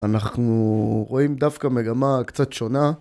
אנחנו רואים דווקא מגמה קצת שונה